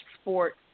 sport